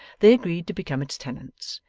they agreed to become its tenants,